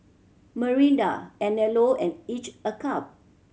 Mirinda Anello and Each a Cup